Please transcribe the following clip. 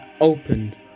opened